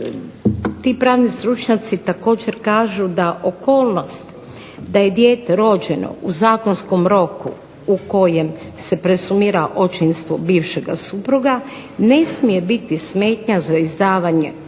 ti pravni stručnjaci također kažu da okolnost da je dijete rođeno u zakonskom roku u kojem se presumira očinstvo bivšeg supruga ne smije biti smetnja za izdavanje